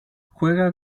juega